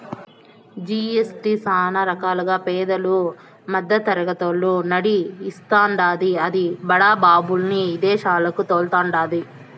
GST సానా రకాలుగా పేదలు, మద్దెతరగతోళ్ళు నడ్డి ఇరస్తాండాది, అది బడా బాబుల్ని ఇదేశాలకి తోల్తండాది